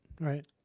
right